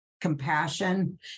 compassion